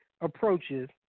approaches